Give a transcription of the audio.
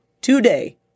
today